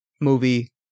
movie